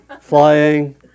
flying